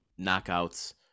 knockouts